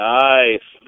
nice